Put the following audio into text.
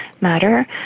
matter